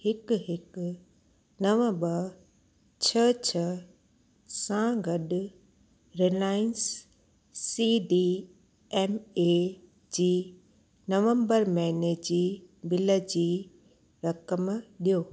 हिकु हिकु नव ॿ छह छह सां गॾु Reliance C D M A जे नवंबर महीने जी बिल जी रक़म ॾियो